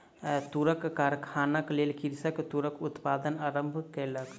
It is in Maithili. तूरक कारखानाक लेल कृषक तूरक उत्पादन आरम्भ केलक